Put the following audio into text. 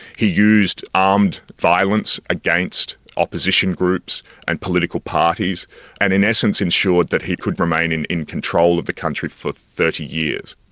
he used armed violence against opposition groups and political parties and in essence ensured that he could remain in in control of the country for thirty years.